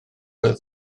oedd